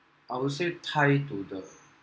I would say tie to the